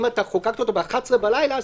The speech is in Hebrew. אם אתה חוקקת אותו ב-23:00 בלילה,